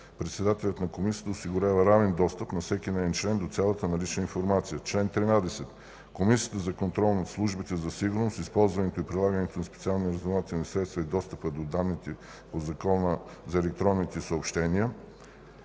Председателят на Комисията осигурява равен достъп на всеки неин член до цялата налична информация. Чл. 13. Комисията за контрол над службите за сигурност, използването и прилагането на специалните разузнавателни средства и достъпа до данните по Закона за електронните съобщения: